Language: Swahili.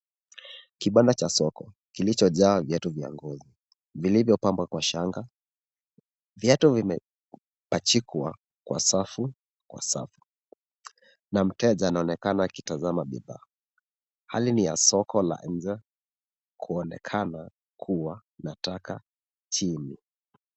Kipanda cha soko. Kilichojaa viatu vya ngongo, vilivyopamba kwa shanga. Viatu vimepachikwa kwa safu, kwa safu, na mteja anaonekana akitazama bidhaa. Hali ni ya soko la nje, kuonekana kuwa na taka chini.